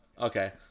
Okay